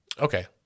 Okay